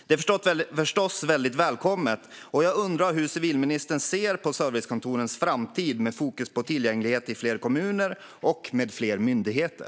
Det är förstås väldigt välkommet, och jag undrar hur civilministern ser på servicekontorens framtid med fokus på tillgänglighet i fler kommuner och med fler myndigheter.